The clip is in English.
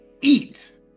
Eat